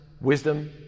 wisdom